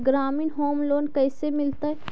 ग्रामीण home loan कैसे मिलतै?